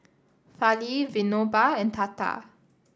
Fali Vinoba and Tata